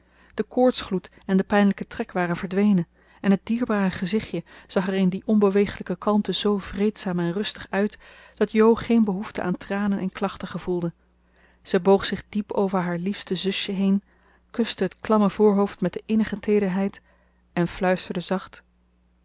de koortsgloed en de pijnlijke trek waren verdwenen en het dierbare gezichtje zag er in die onbeweeglijke kalmte zoo vreedzaam en rustig uit dat jo geen behoefte aan tranen en klachten gevoelde zij boog zich diep over haar liefste zusje heen kuste het klamme voorhoofd met de innige teederheid en fluisterde zacht